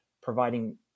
providing